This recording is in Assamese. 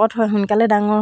কৈছিলোঁ ত' মায়ে তেতিয়া শিকাই দিলে মোক চিলাই তাৰপিছত ঊল গোঠা এইবিলাক কাম